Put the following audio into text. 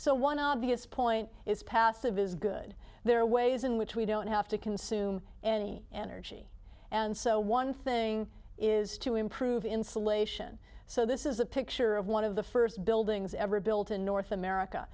obvious point is passive is good there are ways in which we don't have to consume any energy and so one thing is to improve insulation so this is a picture of one of the first buildings ever built in north america